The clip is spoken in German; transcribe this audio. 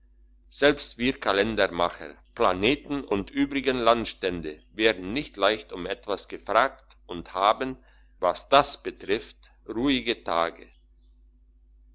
selbst wir kalendermacher planeten und übrigen landstände werden nicht leicht um etwas gefragt und haben was das betrifft ruhige tage